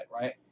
right